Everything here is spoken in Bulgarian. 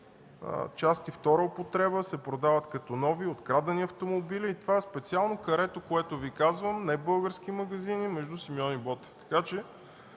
части втора употреба се продават като нови от крадени автомобили, специално в карето, което Ви казвам, не български магазини между улиците